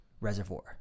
reservoir